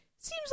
seems